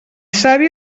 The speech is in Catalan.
savi